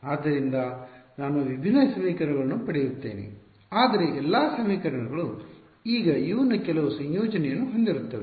ಆದ್ದರಿಂದ ನಾನು ವಿಭಿನ್ನ ಸಮೀಕರಣಗಳನ್ನು ಪಡೆಯುತ್ತೇನೆ ಆದರೆ ಎಲ್ಲಾ ಸಮೀಕರಣಗಳು ಈಗ U ನ ಕೆಲವು ಸಂಯೋಜನೆಯನ್ನು ಹೊಂದಿರುತ್ತವೆ